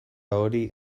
hori